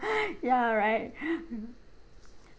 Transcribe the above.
ya right